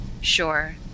Sure